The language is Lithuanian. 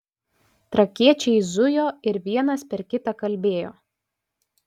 trakiečiai zujo ir vienas per kitą kalbėjo